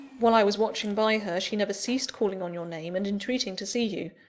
while i was watching by her, she never ceased calling on your name, and entreating to see you.